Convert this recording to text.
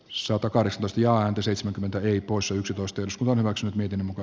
sota koristus ja anti seitsemänkymmentä eri poissa yksitoista jos kuvan omaksunut miten muka